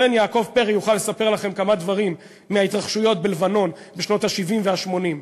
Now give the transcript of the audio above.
יעקב פרי יוכל לספר לכם כמה דברים מההתרחשויות בלבנון בשנות ה-70 וה-80.